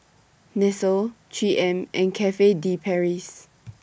Nestle three M and Cafe De Paris